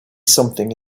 something